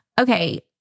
Okay